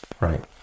right